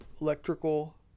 Electrical